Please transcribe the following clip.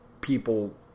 people